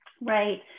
Right